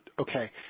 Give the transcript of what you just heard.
Okay